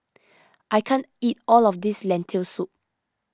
I can't eat all of this Lentil Soup